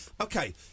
Okay